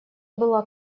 была